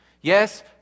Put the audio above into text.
Yes